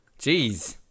Jeez